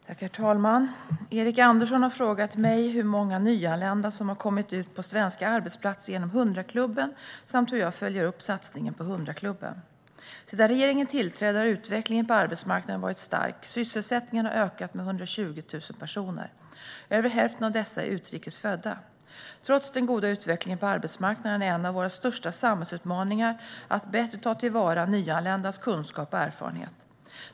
Herr talman! Erik Andersson har frågat mig hur många nyanlända som har kommit ut på svenska arbetsplatser genom 100-klubben samt hur jag följer upp satsningen på 100-klubben. Sedan regeringen tillträdde har utvecklingen på arbetsmarknaden varit stark. Sysselsättningen har ökat med 120 000 personer. Över hälften av dessa är utrikes födda. Trots den goda utvecklingen på arbetsmarknaden är en av våra största samhällsutmaningar att bättre ta till vara nyanländas kunskaper och erfarenheter.